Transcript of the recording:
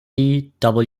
parker